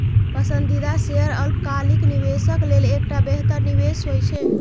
पसंदीदा शेयर अल्पकालिक निवेशक लेल एकटा बेहतर निवेश होइ छै